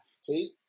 See